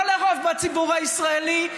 לא לרוב בציבור הישראלי,